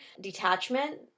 Detachment